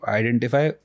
identify